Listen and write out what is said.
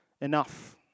enough